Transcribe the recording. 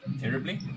terribly